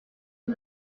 rue